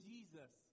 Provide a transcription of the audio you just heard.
Jesus